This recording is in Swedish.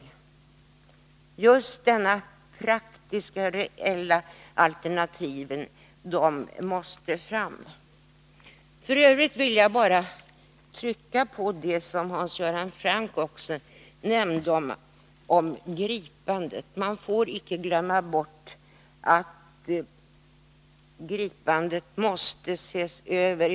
Just dessa praktiska, reella alternativ måste fram. F. ö. vill jag bara trycka på det som Hans Göran Franck nämnde om gripande. Man får icke glömma bort att reglerna för gripande måste ses över.